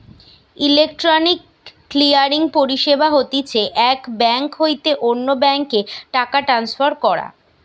electronic clearing পরিষেবা হতিছে এক বেঙ্ক হইতে অন্য বেঙ্ক এ টাকা ট্রান্সফার করা